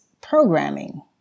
programming